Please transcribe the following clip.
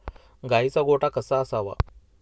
गाईचा गोठा कसा असावा?